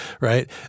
right